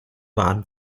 waren